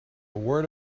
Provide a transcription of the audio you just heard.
word